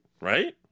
Right